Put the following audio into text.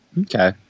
Okay